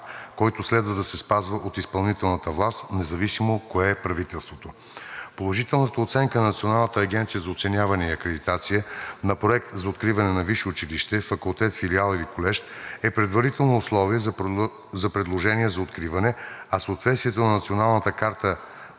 който следва да се спазва от изпълнителната власт, независимо кое е правителството. Положителната оценка на Националната агенция за оценяване и акредитация на проект за откриване на висше училище, факултет, филиал или колеж е предварително условие за предложение за откриване, а съответствието на Националната карта